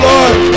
Lord